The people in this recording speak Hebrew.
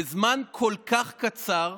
בזמן כל כך קצר,